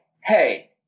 hey